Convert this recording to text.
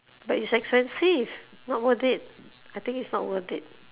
but it's expensive not worth it I think it's not worth it